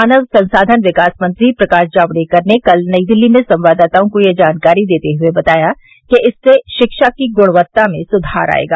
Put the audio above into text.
मानव संसाधन विकास मंत्री प्रकाश जावड़ेकर ने कल नई दिल्ली में संवाददाताओं को यह जानकारी देते हुए बताया कि इससे शिक्षा की गुणवत्ता में सुधार आएगा